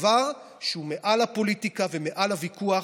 דבר שהוא מעל הפוליטיקה ומעל הוויכוח,